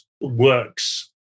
works